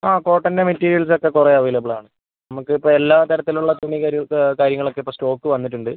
ആ കോട്ടൻ്റെ മെറ്റീരിയൽസ് ഒക്കെ കുറേ അവൈലബിൾ ആണ് നമുക്കിപ്പോൾ എല്ലാത്തരത്തിലുള്ള തുണിയും കാര്യം കാര്യങ്ങളൊക്കെ ഇപ്പോൾ സ്റ്റോക്ക് വന്നിട്ടുണ്ട്